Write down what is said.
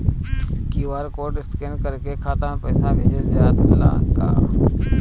QR code scan करके खाता में पैसा भेजल जाला का?